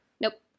Nope